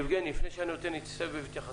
יבגני בבקשה.